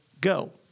go